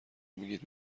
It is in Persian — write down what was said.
میگید